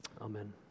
Amen